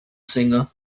singer